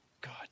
God